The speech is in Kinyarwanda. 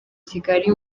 kigali